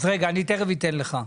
אז רגע, אני תכף אתן לך.